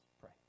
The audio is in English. pray